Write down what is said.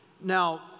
Now